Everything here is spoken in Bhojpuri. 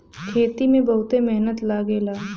खेती में बहुते मेहनत लगेला